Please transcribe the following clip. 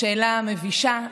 השאלה מבישה,